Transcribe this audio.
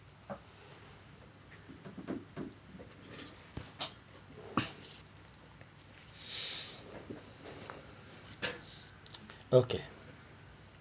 okay